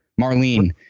Marlene